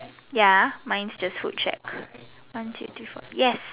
ya mine's the food check one two three four yes